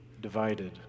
divided